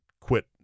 quit